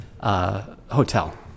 hotel